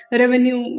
revenue